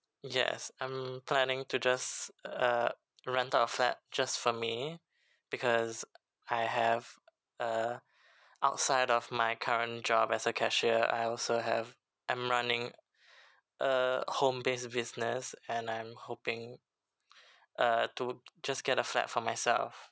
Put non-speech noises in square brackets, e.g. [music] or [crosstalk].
yes I'm planning to just uh rent a flat just for me because I have uh [breath] outside of my current job as a cashier I also have I'm running [breath] a home base business and I'm hoping [breath] uh to just get a flat for myself